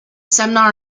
seminar